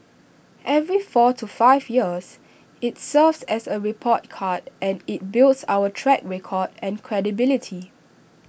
every four to five years IT serves as A report card and IT builds our track record and credibility